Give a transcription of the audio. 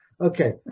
Okay